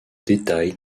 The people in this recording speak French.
détail